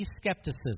skepticism